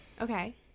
Okay